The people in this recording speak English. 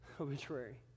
obituary